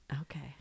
Okay